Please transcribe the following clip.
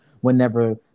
whenever